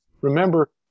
Remember